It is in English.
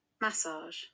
Massage